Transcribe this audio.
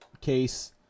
case